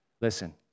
Listen